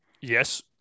yes